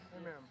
Amen